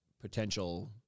potential